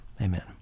Amen